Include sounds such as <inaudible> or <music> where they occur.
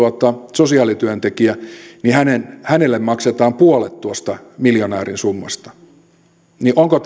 sosiaalityöntekijä niin hänelle maksetaan puolet tuosta miljonäärin summasta onko <unintelligible>